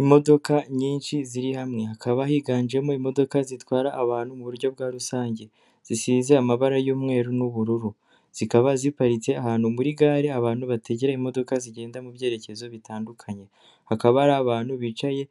Imodoka nyinshi ziri hamwe hakaba higanjemo imodoka zitwara abantu mu buryo bwa rusange zisize amabara y'umweru n'ubururu zikaba ziparitse ahantu muri gare abantu bategera imodoka zigenda mu byerekezo bitandukanye, hakaba hari abantu bicaye